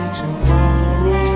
tomorrow